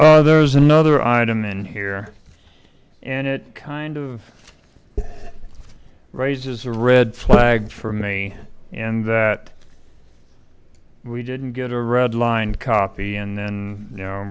r there's another item in here and it kind of raises a red flag for me and that we didn't get a red line copy and then you know